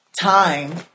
time